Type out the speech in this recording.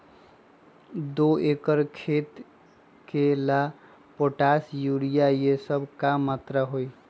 दो एकर खेत के ला पोटाश, यूरिया ये सब का मात्रा होई?